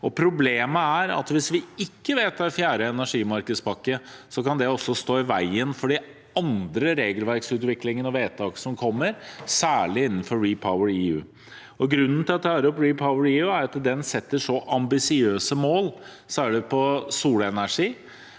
Problemet er at hvis vi ikke vedtar fjerde energimarkedspakke, kan det stå i veien for annen regelverksutvikling og vedtak som kommer, særlig innenfor REPowerEU. Grunnen til at jeg tar opp REPowerEU, er at den setter så ambisiøse mål, særlig for solenergi.